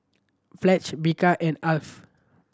Pledge Bika and Alf